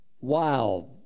Wow